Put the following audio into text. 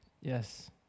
Yes